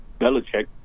belichick